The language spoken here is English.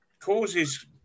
causes